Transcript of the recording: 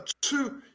two